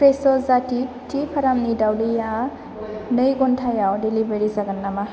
fresh' जाथि थि फार्मनि दावदैया नै घन्टायाव डेलिबारि जागोन नामा